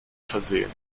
versehen